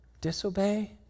disobey